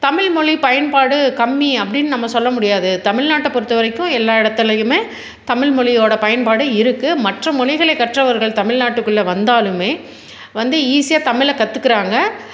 தமிழ்மொழி பயன்பாடு கம்மி அப்படீன் நம்ம சொல்ல முடியாது தமிழ்நாட்டை பொறுத்தவரைக்கும் எல்லா இடத்தலையுமே தமிழ்மொழியோட பயன்பாடு இருக்கு மற்ற மொழிகளை கற்றவர்கள் தமிழ்நாட்டுக்குள்ளே வந்தாலுமே வந்து ஈஸியாக தமிழை கற்றுக்குறாங்க